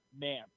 man